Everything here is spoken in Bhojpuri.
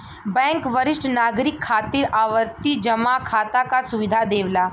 बैंक वरिष्ठ नागरिक खातिर आवर्ती जमा खाता क सुविधा देवला